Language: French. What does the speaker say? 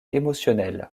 émotionnel